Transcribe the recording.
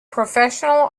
professional